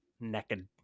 Naked